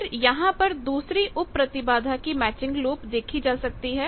फिर यहां पर दूसरी उप प्रतिबाधा की मैचिंग लूप देखी जा सकती है